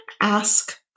ask